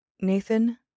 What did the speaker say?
Nathan